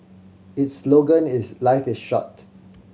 its slogan is Life is short